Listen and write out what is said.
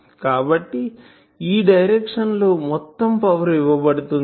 కాబట్టి ఈ డైరెక్షన్ లో ఇంత మొత్తం పవర్ ఇవ్వబడుతుంది